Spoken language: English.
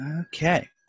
Okay